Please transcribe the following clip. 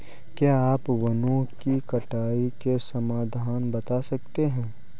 क्या आप वनों की कटाई के समाधान बता सकते हैं?